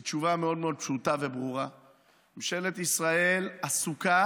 היא תשובה מאוד מאוד פשוטה וברורה: ממשלת ישראל עסוקה